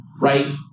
right